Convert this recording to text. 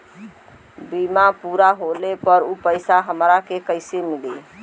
बीमा पूरा होले पर उ पैसा हमरा के कईसे मिली?